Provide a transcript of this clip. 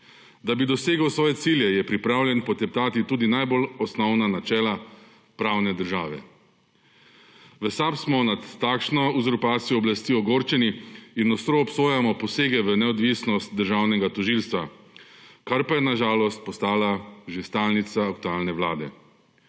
Da bi dosegel svoje cilje, je pripravljen poteptati tudi najbolj osnovna načela pravne države. V SAB smo nad takšno uzurpacijo oblasti ogorčeni in ostro obsojamo posege v neodvisnost državnega tožilstva, kar pa je na žalost postala že stalnica aktualne Vlade.